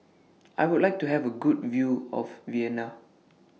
I Would like to Have A Good View of Vienna